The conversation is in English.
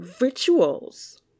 rituals